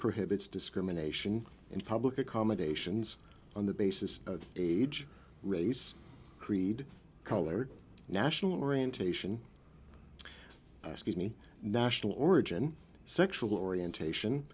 prohibits discrimination in public accommodations on the basis of age race creed color national orientation skinny national origin sexual orientation